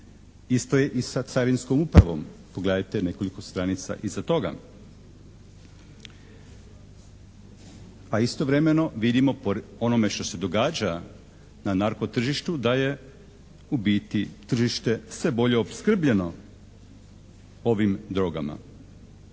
Isto je i sa carinskom upravom. Pogledajte nekoliko stranica iza toga, pa istovremeno vidimo po onome što se događa na narkotržištu da je u biti tržište sve bolje opskrbljeno ovim drogama.